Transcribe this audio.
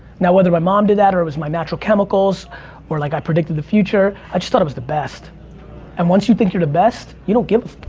now whether my mom did that or it was my natural chemicals or like i predicted the future, i just thought i was the best and once you think you're the best, you don't give a.